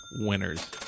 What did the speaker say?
winners